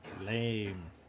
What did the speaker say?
Lame